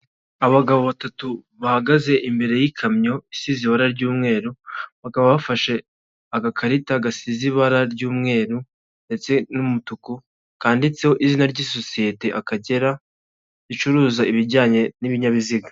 Abagabo batatu bahagaze imbere y'ikamyo isize ibara ry'umweru, bakaba bafashe agakarita gasize ibara ry'umweru ndetse n'umutuku kanditseho izina ry'isosiyete akagera ricuruuruza ibijyanye n'ibinyabiziga.